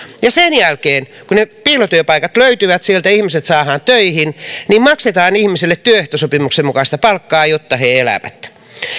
ja sen jälkeen kun ne piilotyöpaikat löytyvät sieltä ja ihmiset saadaan töihin niin maksetaan ihmisille työehtosopimuksen mukaista palkkaa jotta he elävät